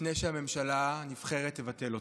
לפני שהממשלה הנבחרת תבטל אותו.